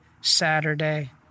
Saturday